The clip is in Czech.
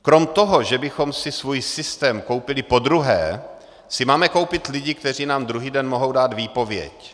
Kromě toho, že bychom si svůj systém koupili podruhé, si máme koupit lidi, kteří nám druhý den mohou dát výpověď.